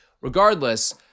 regardless